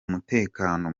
mutekano